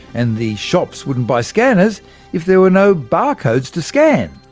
and the shops wouldn't buy scanners if there were no barcodes to scan.